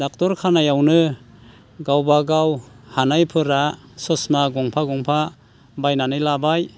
doctor खानायावनो गावबागाव हानायफोरा ससमा गंफा गंफा बायनानै लाबाय